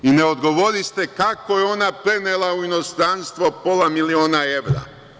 Ne odgovoriste kako je ona prenela u inostranstvo pola miliona evra?